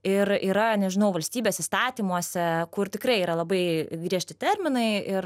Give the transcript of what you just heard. ir yra nežinau valstybės įstatymuose kur tikrai yra labai griežti terminai ir